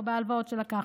או הלוואות שלקחתי.